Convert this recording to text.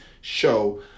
show